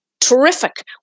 terrific